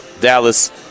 Dallas